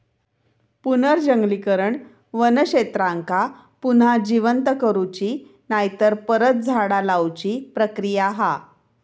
पुनर्जंगलीकरण वन क्षेत्रांका पुन्हा जिवंत करुची नायतर परत झाडा लाऊची प्रक्रिया हा